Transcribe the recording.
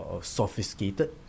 sophisticated